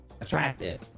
attractive